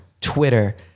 Twitter